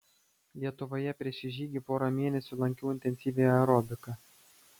lietuvoje prieš šį žygį porą mėnesių lankiau intensyvią aerobiką